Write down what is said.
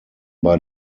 bei